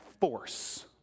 force